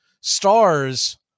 stars